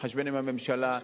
מתחשבנת עם הממשלה,